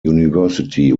university